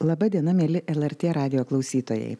laba diena mieli el er tė radijo klausytojai